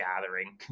gathering